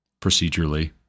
procedurally